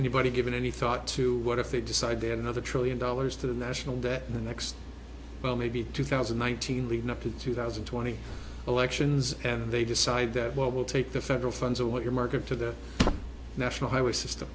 anybody given any thought to what if they decide then another trillion dollars to the national debt in the next well maybe two thousand one thousand leading up to two thousand and twenty elections and they decide that what will take the federal funds are what your market to the national highway system